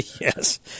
Yes